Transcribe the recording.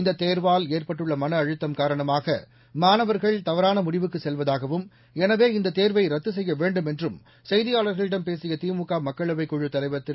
இந்த தேர்வால் ஏற்பட்டுள்ள மனஅழுத்தம் காரணமாக மாணவர்கள் தவறான முடிவுக்கு செல்வதாகவும் எனவே இந்த தேர்வை ரத்து செய்ய வேண்டும் என்றும் செய்தியாளர்களிடம் பேசிய திமுக மக்களவைக் குழுத் தலைவர் திரு